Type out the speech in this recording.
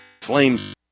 Flames